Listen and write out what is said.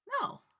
No